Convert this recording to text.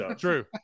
True